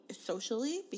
socially